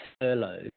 furlough